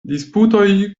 disputoj